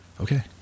Okay